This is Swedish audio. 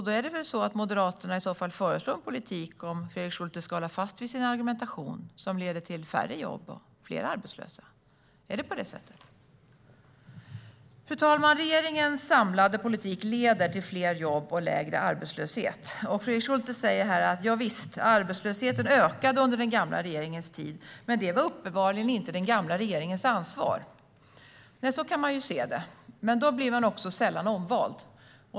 Då föreslår i så fall Moderaterna en politik, om Fredrik Schulte ska hålla fast vid sin argumentation, som leder till färre jobb och fler arbetslösa. Är det så? Fru talman! Regeringens samlade politik leder till fler jobb och lägre arbetslöshet. Fredrik Schulte säger att arbetslösheten ökade under den gamla regeringens tid, men det var uppenbarligen inte den gamla regeringens ansvar. Så kan man ju se det. Men då blir man också sällan omvald.